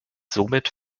somit